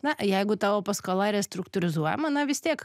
na jeigu tavo paskola restruktūrizuojama na vis tiek